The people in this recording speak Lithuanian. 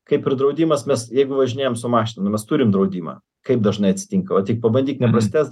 kaip ir draudimas mes jeigu važinėjam su mašina nu mes turim draudimą kaip dažnai atsitinka o tik pabandyk neprasitęst